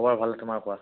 খবৰ ভালে তোমাৰ কোৱা